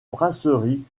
brasserie